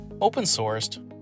open-sourced